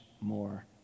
more